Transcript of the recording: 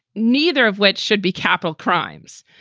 neither of which should be capital crimes.